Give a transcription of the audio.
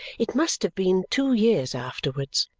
it must have been two years afterwards,